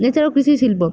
এছাড়াও কৃষি শিল্প